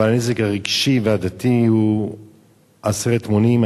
אבל הנזק הרגשי והדתי הוא עשרת מונים.